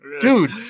dude